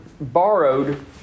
borrowed